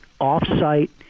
off-site